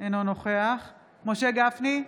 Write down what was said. אינו נוכח משה גפני,